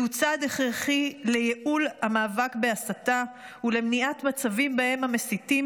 זהו צעד הכרחי לייעול המאבק בהסתה ולמניעת מצבים שבהם המסיתים